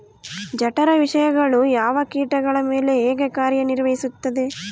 ಜಠರ ವಿಷಯಗಳು ಯಾವ ಕೇಟಗಳ ಮೇಲೆ ಹೇಗೆ ಕಾರ್ಯ ನಿರ್ವಹಿಸುತ್ತದೆ?